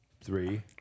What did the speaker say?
Three